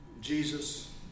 Jesus